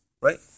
right